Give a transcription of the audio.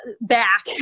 back